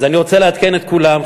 אז אני רוצה לעדכן את כולם,